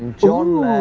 john